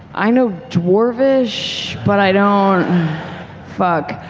i know dwarvish, but i don't fuck.